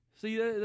See